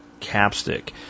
Capstick